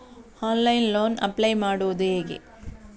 Online loan apply ಮಾಡುವುದು ಹೇಗೆ?